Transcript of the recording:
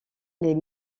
les